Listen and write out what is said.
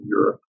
Europe